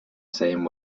same